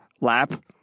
lap